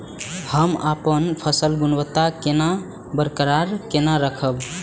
हम अपन फसल गुणवत्ता केना बरकरार केना राखब?